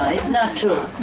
it's not true.